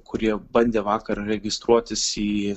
kurie bandė vakar registruotis į